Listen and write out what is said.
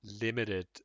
limited